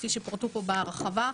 כפי שפורט פה בהרחבה,